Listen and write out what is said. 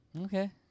Okay